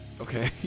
Okay